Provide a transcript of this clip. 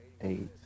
eight